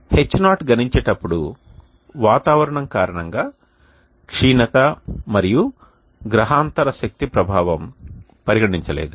H0 గణించేటప్పుడు వాతావరణం కారణంగా క్షీణత మరియు గ్రహాంతర శక్తి ప్రభావం పరిగణించలేదు